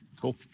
Cool